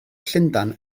llundain